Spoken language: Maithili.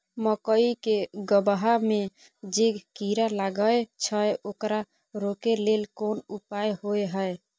मकई के गबहा में जे कीरा लागय छै ओकरा रोके लेल कोन उपाय होय है?